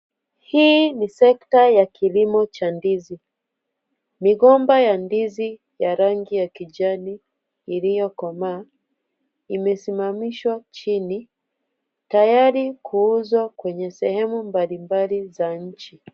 Hii ni sekta ya kilimo cha ndizi. Migomba ya ndizi ya rangi ya kijani iliyokomaa, imesimamishwa chini, tayari kuuzwa kwenye sehemu mbali mbali za nchi.